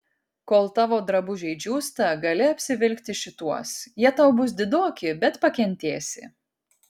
kol tavo drabužiai džiūsta gali apsivilkti šituos jie tau bus didoki bet pakentėsi